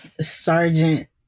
Sergeant